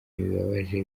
bibabaje